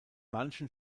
manchen